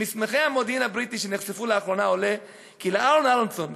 ממסמכי המודיעין הבריטי שנחשפו לאחרונה עולה כי לאהרן אהרונסון,